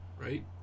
right